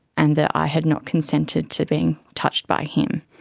and that i had not consented to being touched by him.